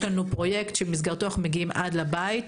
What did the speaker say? לנו פרויקט שבמסגרתו אנחנו מגיעים עד לבית.